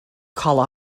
call